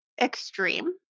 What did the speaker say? extreme